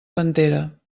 pantera